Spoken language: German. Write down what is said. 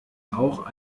auch